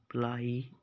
supply